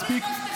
מספיק.